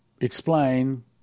explain